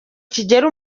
kigera